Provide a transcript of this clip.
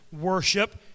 worship